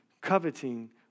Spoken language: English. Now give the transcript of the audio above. coveting